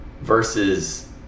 versus